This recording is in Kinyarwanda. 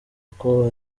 uko